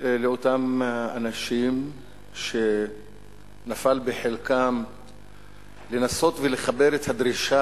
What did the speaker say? לאותם אנשים שנפל בחלקם לנסות ולחבר את הדרישה